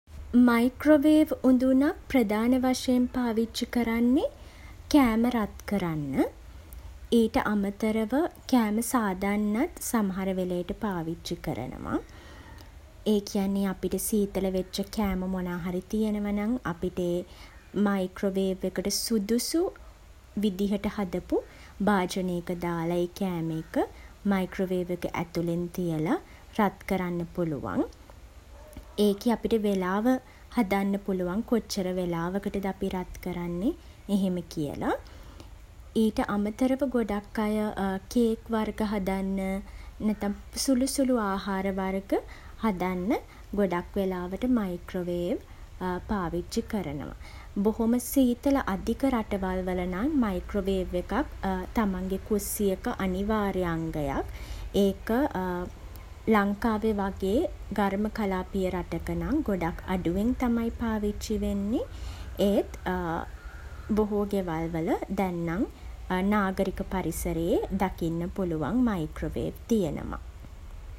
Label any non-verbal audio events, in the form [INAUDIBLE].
Microwave උඳුනක් ප්‍රධාන වශයෙන් පාවිච්චි කරන්නේ කෑම රත් කරන්න. ඊට අමතරව කෑම සාදන්නත් සමහර වෙලේට පාවිච්චි කරනවා. ඒ කියන්නේ අපිට සීතල වෙච්ච කෑම මොනාහරි තියෙනවා නම්, අපිට ඒ මයික්‍රොවේව් එකට සුදුසු විදිහට හදපු භාජනයක දාලා ඒ කෑම එක මයික්‍රොවේව් එක ඇතුලෙන් තියලා, රත් කරන්න පුළුවන්. ඒකේ අපිට වෙලාව හදන්න පුළුවන්. කොච්චර වෙලාවකටද අපි රත් කරන්නෙ එහෙම කියලා. ඊට අමතරව ගොඩක් අය [HESITATION] කේක් වර්ග හදන්න නැත්තම්, සුළු සුළු ආහාර වර්ග හදන්න ගොඩක් වෙලාවට මයික්‍රොවේව් පාවිච්චි කරනවා. බොහොම සීතල අධික රටවල් වල නම් මයික්‍රොවේව් එකක් තමන්ගේ කුස්සියක අනිවාර්ය අංගයක්. ඒක [HESITATION] ලංකාවේ වගේ ඝර්ම කලාපීය රටක නම් ගොඩක් අඩුවෙන් තමයි පාවිච්චි වෙන්නේ. ඒත් [HESITATION] බොහෝ ගෙවල්වල දැන්නම් නාගරික පරිසරයේ දකින්න පුළුවන් මයික්‍රොවේව් තියෙනවා.